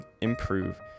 improve